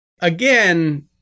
again